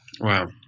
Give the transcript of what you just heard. Wow